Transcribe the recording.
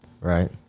right